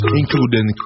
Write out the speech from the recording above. including